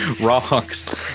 rocks